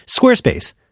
Squarespace